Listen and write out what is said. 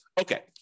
Okay